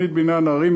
בתוכנית בניין ערים,